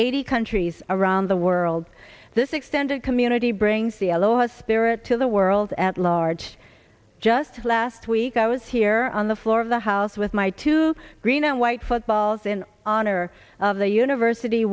eighty countries around the world this extended community brings the aloha spirit to the world at large just last week i was here on the floor of the house with my two green and white footballs in honor of the university